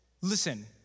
Listen